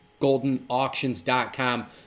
GoldenAuctions.com